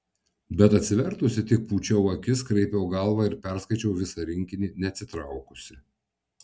bet atsivertusi tik pūčiau akis kraipiau galvą ir perskaičiau visą rinkinį neatsitraukusi